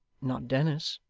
not dennis.